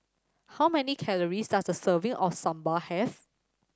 how many calories does a serving of Sambar have